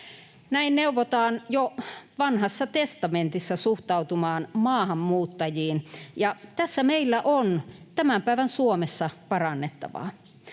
Näin neuvotaan jo Vanhassa testamentissa suhtautumaan maahanmuuttajiin, ja tässä meillä on tämän päivän Suomessa parannettavaa.